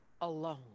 alone